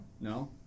No